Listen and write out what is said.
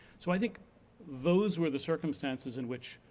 so, i think those were the circumstances in which